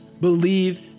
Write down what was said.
believe